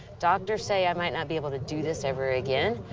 doctors say i might not be able to do this ever again.